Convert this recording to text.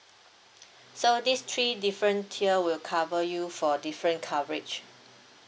so these three different tier will cover you for different coverage